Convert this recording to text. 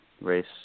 race